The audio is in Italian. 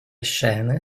scene